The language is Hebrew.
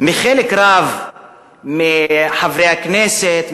מחלק רב מחברי הכנסת,